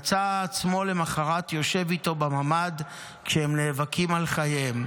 מצא עצמו למוחרת יושב איתו בממ"ד כשהם נאבקים על חייהם.